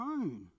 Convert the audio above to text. own